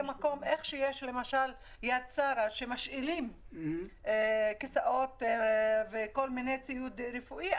כמו שיש את יד שרה שם משאילים כיסאות וציוד רפואי,